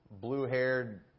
blue-haired